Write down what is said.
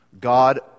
God